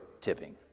tipping